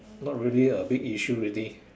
not really a big issue already